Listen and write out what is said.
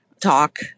talk